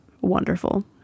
wonderful